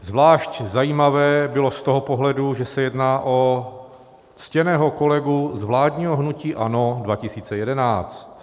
Zvlášť zajímavé bylo z toho pohledu, že se jedná o ctěného kolegu z vládního hnutí ANO 2011.